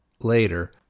later